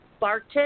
Barton